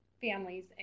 families